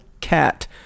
cat